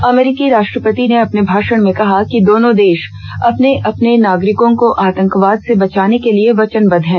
अमरीकी राष्ट्रपति ने अपने भाषण में कहा कि दोनों देश अपने अपने नागरिकों को आतंकवाद से बचाने के लिए वचनबद्व है